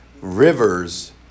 rivers